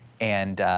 and,